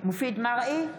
מופיד מרעי,